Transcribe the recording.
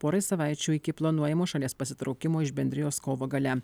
porai savaičių iki planuojamo šalies pasitraukimo iš bendrijos kovo gale